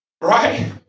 Right